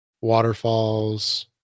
waterfalls